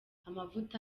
amavuta